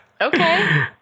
Okay